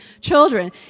children